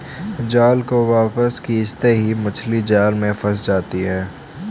जाल को वापस खींचते ही मछली जाल में फंस जाती है